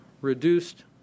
reduced